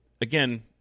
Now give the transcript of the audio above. again